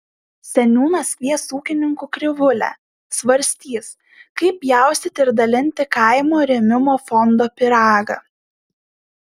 seniūnas kvies ūkininkų krivūlę svarstys kaip pjaustyti ir dalinti kaimo rėmimo fondo pyragą